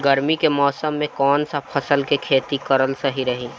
गर्मी के मौषम मे कौन सा फसल के खेती करल सही रही?